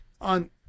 on